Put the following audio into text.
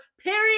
period